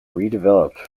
redeveloped